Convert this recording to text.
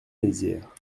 mézières